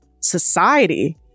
society